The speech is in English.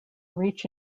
reach